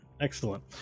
excellent